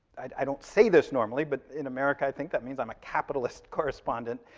i don't say this normally, but in america, i think that means i'm a capitalist correspondent.